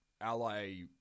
ally